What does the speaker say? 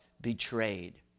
betrayed